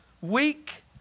weak